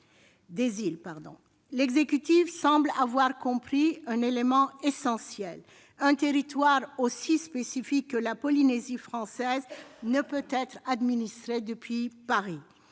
L'exécutif semble avoir compris un élément essentiel : un territoire aussi spécifique que la Polynésie française ne peut être administré depuis Paris.